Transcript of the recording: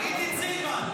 עידית סילמן.